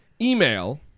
email